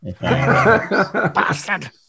Bastard